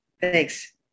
Thanks